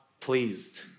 pleased